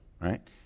right